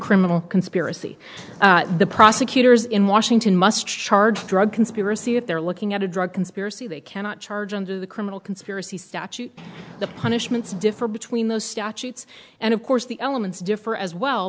criminal conspiracy the prosecutors in washington must charge drug conspiracy if they're looking at a drug conspiracy they cannot charge under the criminal conspiracy statute the punishments differ between those statutes and of course the elements differ as well